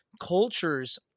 cultures